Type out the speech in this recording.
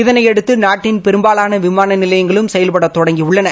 இதனையடுத்து நாட்டின் பெரும்பாலான விமான நிலையங்களும் செயல்பட தொடங்கியுள்ளன